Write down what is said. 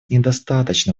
недостаточно